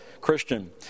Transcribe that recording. Christian